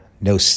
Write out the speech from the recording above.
no